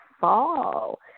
fall